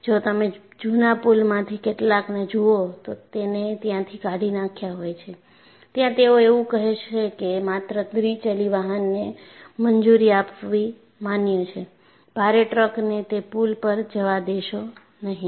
જો તમે જૂના પુલમાંથી કેટલાકને જુઓ તો તેને ત્યાંથી કાઢી નાખ્યા હોય છે ત્યાં તેઓ એવું કહેશે કે માત્ર દ્વિ ચલી વાહનને મંજૂરી આપવી માન્ય છેભારે ટ્રકને તે પુલ પર જવા દેશો નહીં